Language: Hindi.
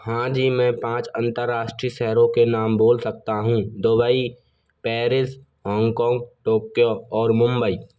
हाँ जी मैं पाँच अन्तर्राष्ट्रीय शहरों के नाम बोल सकता हूँ दुबई पेरिस हॉङ्कॉङ टोक्यो और मुंबई